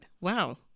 Wow